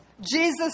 Jesus